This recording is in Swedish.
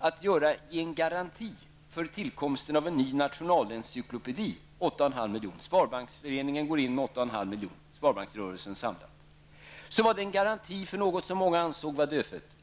om att ge en garanti på 8,5 milj.kr. för tillkomsten av en ny nationalencyklopedi. Sparbanksföreningen, den samlade sparbanksrörelsen, gick också in med 8,5 milj.kr. Det var då en garanti för något som många ansåg vara dödfött.